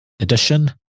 edition